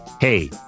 Hey